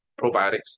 probiotics